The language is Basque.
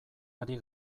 ari